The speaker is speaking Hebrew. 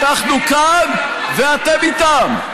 אנחנו כאן, ואתם איתם.